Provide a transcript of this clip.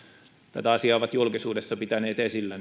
tätä asiaa ovat julkisuudessa pitäneet esillä